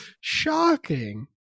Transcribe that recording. Shocking